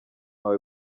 wawe